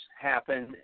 happen